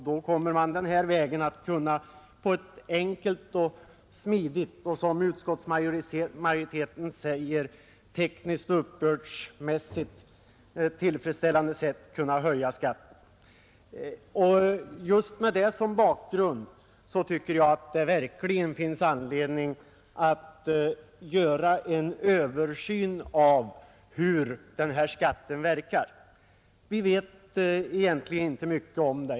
Då kommer man att den här vägen på ett enkelt och smidigt och, som utskottsmajoriteten säger, tekniskt och uppbördsmässigt tillfredsställande sätt kunna höja skatten. Just med detta som bakgrund tycker jag att det verkligen finns anledning att göra en översyn av hur denna skatt verkar. Vi vet egentligen inte mycket om det.